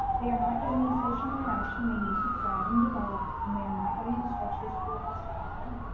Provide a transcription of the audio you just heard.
they are not getting the social interaction they need to thrive and develop and they are not getting the structure school has to offer.